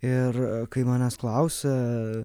ir kai manęs klausia